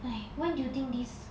!haiya! when do you think this